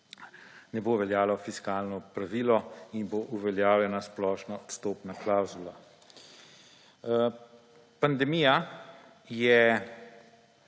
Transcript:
ne bo veljalo fiskalno pravilo in bo uveljavljena splošna odstopna klavzula. Pandemija je